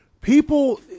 people